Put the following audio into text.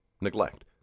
neglect